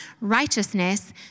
righteousness